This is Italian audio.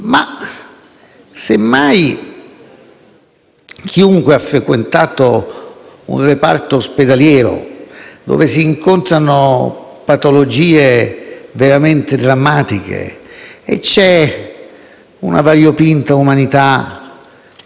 Semmai chiunque abbia frequentato un reparto ospedaliero, dove si incontrano patologie veramente drammatiche e c'è una variopinta umanità